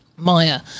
Maya